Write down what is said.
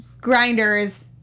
grinders